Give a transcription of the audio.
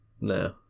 No